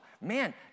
man